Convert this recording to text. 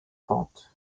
pente